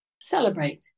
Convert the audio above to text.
Celebrate